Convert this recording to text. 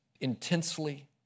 intensely